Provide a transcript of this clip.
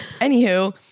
Anywho